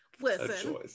Listen